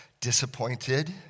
disappointed